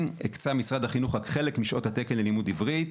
הקצה משרד החינוך רק חלק משעות התקן ללימוד עברית,